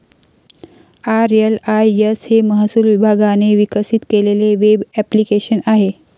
RLIS हे महसूल विभागाने विकसित केलेले वेब ॲप्लिकेशन आहे